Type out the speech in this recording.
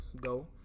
go